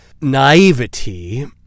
naivety